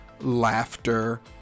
laughter